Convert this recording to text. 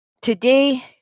Today